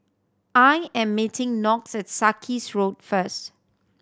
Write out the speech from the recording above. I am meeting Knox at Sarkies Road first